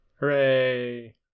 hooray